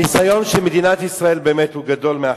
הניסיון של מדינת ישראל, באמת, הוא גדול מאחרים,